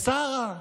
לשרה.